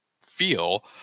feel